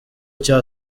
cya